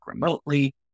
remotely